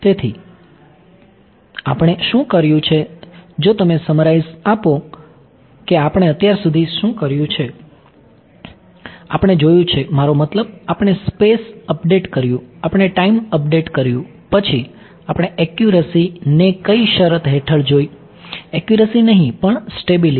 તેથી આપણે શું કર્યું છે જો તમે સમરાઇઝ આપો કે આપણે અત્યાર સુધી શું કર્યું છે આપણે જોયું છે મારો મતલબ આપણે સ્પેસ અપડેટ કર્યું આપણે ટાઇમ અપડેટ કર્યું પછી આપણે એક્યુરસી ને કઈ શરત હેઠળ જોઈ એક્યુરસી નહીં પણ સ્ટેબિલિટી